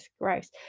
gross